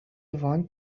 want